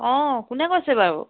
অঁ কোনে কৈছে বাৰু